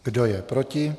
Kdo je proti?